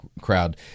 crowd